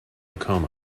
coma